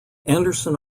anderson